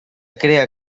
crea